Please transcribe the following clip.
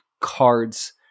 cards